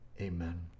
Amen